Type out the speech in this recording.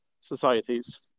societies